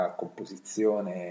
composizione